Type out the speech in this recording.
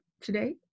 today